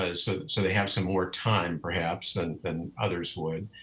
ah so so they have some more time perhaps and than others would.